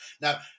Now